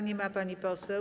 Nie ma pani poseł.